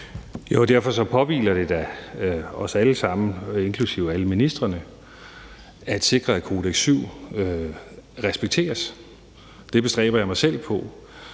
derfor påhviler det da os alle sammen, inklusive alle ministrene, at sikre, at »Kodex VII« respekteres. Det bestræber jeg mig selv på.